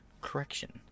correction